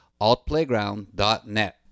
altplayground.net